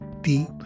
deep